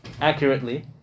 accurately